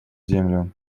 землю